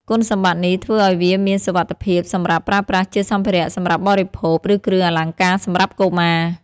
គុណសម្បត្តិនេះធ្វើឱ្យវាមានសុវត្ថិភាពសម្រាប់ប្រើប្រាស់ជាសម្ភារៈសម្រាប់បរិភោគ ឬគ្រឿងអលង្ការសម្រាប់កុមារ។